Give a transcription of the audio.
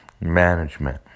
management